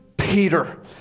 Peter